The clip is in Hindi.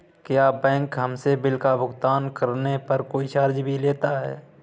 क्या बैंक हमसे बिल का भुगतान करने पर कोई चार्ज भी लेता है?